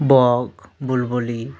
বক বুলবুলি